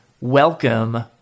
welcome